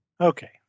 Okay